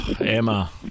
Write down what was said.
Emma